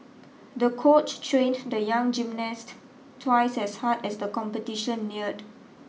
the coach trained the young gymnast twice as hard as the competition neared